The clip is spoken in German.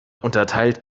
unterteilt